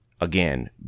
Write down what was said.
Again